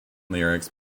lyrics